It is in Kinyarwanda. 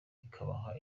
ikabaha